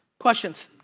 questions.